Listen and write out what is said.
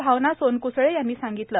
भावना सोनक्सळे यांनी सांगितले